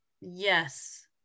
yes